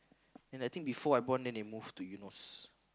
then I think before I born then they move to Eunos